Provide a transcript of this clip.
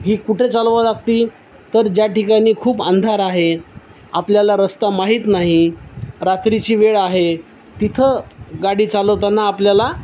ही कुठे चालवां लागती तर ज्या ठिकाणी खूप अंधार आहे आपल्याला रस्ता माहीत नाही रात्रीची वेळ आहे तिथं गाडी चालवताना आपल्याला